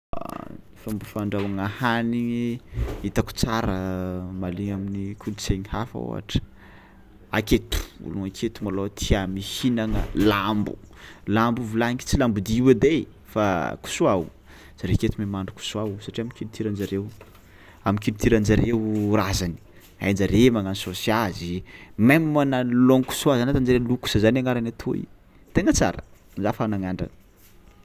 Fômba fandrahoagna hanigny hitako tsara male amin'ny kolontsaigny hafa ôhatra aketo aketo malôha tia mihinagna lambo, lambo io volaniky tsy lambodia io edy ai fa kisoao, zare aketo mahay mahandro kisoao satria am'culturen-jareo am'culturen-jareo raha zany, hain-jare magnano saosy azy même na langue kisoa zany ataon-jare looks zany agnarany atoy, tegna tsara za fa nagnandragna.